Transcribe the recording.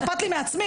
אכפת לי מעצמי?